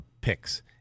picks